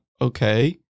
okay